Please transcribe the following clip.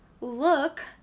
look